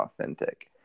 authentic